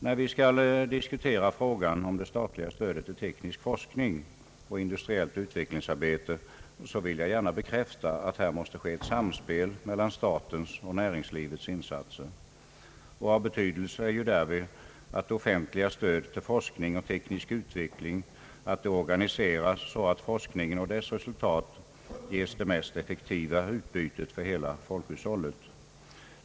När vi skall diskutera frågan om det statliga stödet till teknisk forskning och industriellt utvecklingsarbete, vill jag gärna bekräfta, att ett samspel mellan statens och näringslivets insatser måste komma till stånd. Av betydelse är därvid att det offentliga stödet till forskning och teknisk utveckling organiseras så, att forskningen och dess resuliat ger det mest effektiva utbytet för hela folkhushållet.